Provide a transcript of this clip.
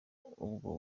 ubwo